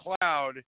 cloud